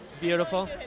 Beautiful